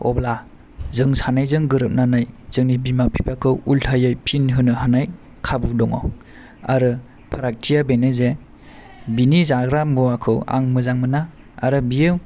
अब्ला जों सानैजों गोरोबनानै जोंनि बिमा बिफाखौ उलथायै फिन होनो हानाय खाबु दङ आरो फारागथिया बेनो जे बिनि जाग्रा मुवाखौ आं मोजां मोना आरो बियो